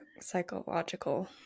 psychological